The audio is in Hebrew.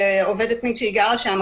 עוד לא קיבלתי התחייבות שזה לא יקרה,